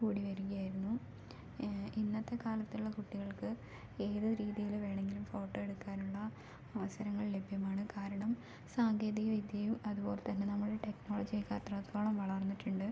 കൂടി വരികയായിരുന്നു ഇന്നത്തെ കാലത്ത്ള് ഉള്ള കുട്ടികൾക്ക് ഏത് രീതിയിൽ വേണമെങ്കിലും ഫോട്ടോ എടുക്കാനുള്ള അവസരങ്ങൾ ലഭ്യമാണ് കാരണം സാങ്കേതികവിദ്യയും അതുപോലെ തന്നെ നമ്മുടെ ടെക്നോളജി അത്രത്തോളം വളർന്നിട്ടുണ്ട്